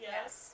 Yes